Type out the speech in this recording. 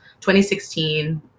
2016